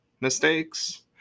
mistakes